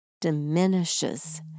diminishes